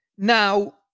Now